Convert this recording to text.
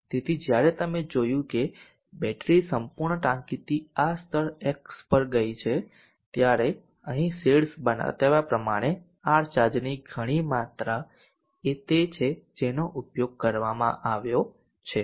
તેથી જ્યારે તમે જોયું કે બેટરી સંપૂર્ણ ટાંકીથી આ સ્તર x પર ગઈ છે ત્યારે અહીં શેડ્સ બતાવ્યા પ્રમાણે આ ચાર્જની ઘણી માત્રા એ તે જથ્થો છે જેનો ઉપયોગ કરવામાં આવ્યો છે